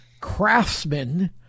craftsman